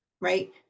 Right